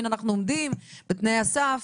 הנה אנחנו עומדים בתנאי הסף,